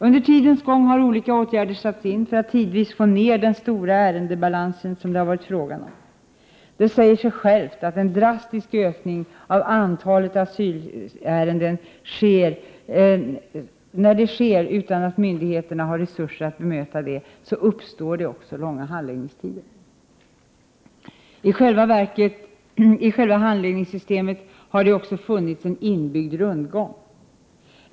Under tidens gång har olika åtgärder satts in för att tidvis få ned de stora ärendebalanser som det har varit fråga om. Det säger sig självt att om en drastisk ökning av antalet asylärenden sker, utan att myndigheterna har resurser för att bemöta detta, uppstår det långa handläggningstider. I själva handläggningssystemet har det också funnits en inbyggd rundgång.